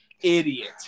Idiot